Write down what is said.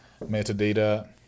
metadata